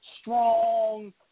strong